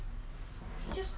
所以你一定要 clap